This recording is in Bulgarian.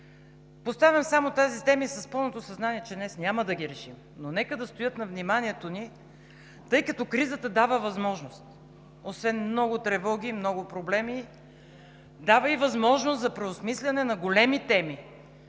Поставям само тези теми с пълното съзнание, че днес няма да ги решим, но нека да стоят на вниманието ни, тъй като кризата дава възможности – освен много тревоги, много проблеми, дава и възможност за преосмисляне на големи теми,